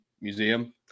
Museum